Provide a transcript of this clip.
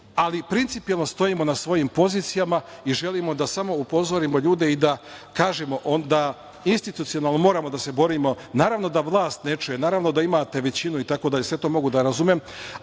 ali principijelno stojim na svojim pozicijama i želim da samo upozorimo ljude i da kažem, da institucionalno moramo da se borimo. Naravno, da vlast ne čuje. Naravno, da imate većinu, sve to mogu da razumem,